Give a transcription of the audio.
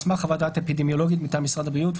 על סמך חוות דעת אפידמיולוגית מטעם משרד הבריאות,